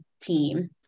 team